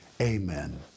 Amen